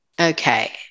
Okay